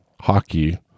hockey